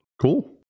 Cool